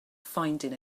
finding